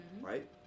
Right